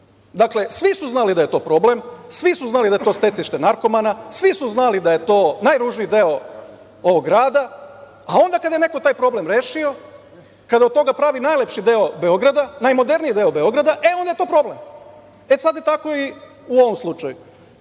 Dakle, svi su znali da je to problem, svi su znali da je to stecište narkomana, svi su znali da je to najružniji deo ovog grada, a onda kada je neko taj problem rešio, kada od toga pravi najlepši deo Beograda, najmoderniji deo Beograda, e onda je to problem. E, sad je tako i u ovom slučaju. Pričalo